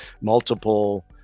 multiple